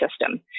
system